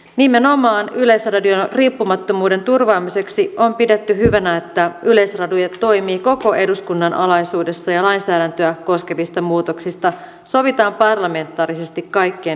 nimenomaan yleisradion riippumattomuuden turvaamiseksi on pidetty hyvänä että yleisradio toimii koko eduskunnan alaisuudessa ja lainsäädäntöä koskevista muutoksista sovitaan parlamentaarisesti kaikkien eduskuntaryhmien kesken